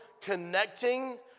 connecting